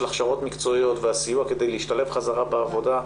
הכשרות מקצועיות והסיוע כדי להשתלב חזרה בעבודה,